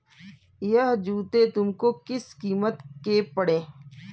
यह जूते तुमको किस कीमत के पड़े?